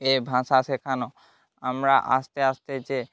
এই ভাষা শেখানো আমরা আস্তে আস্তে যে